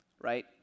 Right